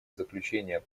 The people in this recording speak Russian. заключение